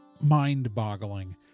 mind-boggling